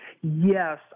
Yes